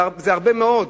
זה הרבה מאוד.